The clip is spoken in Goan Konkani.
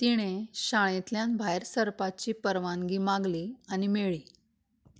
तिणें शाळेंतल्यान भायर सरपाची परवानगी मागली आनी मेळ्ळी